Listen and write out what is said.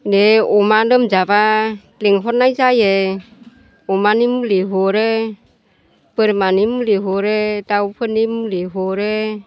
बे अमा लोमजाब्ला लिंहरनाय जायो अमानि मुलि हरो बोरमानि मुलि हरो दाउफोरनि मुलि हरो